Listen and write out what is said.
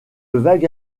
vague